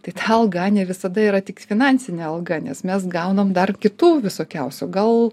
tai alga ne visada yra tik finansinė alga nes mes gaunam dar kitų visokiausių gal